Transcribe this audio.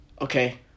okay